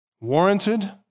warranted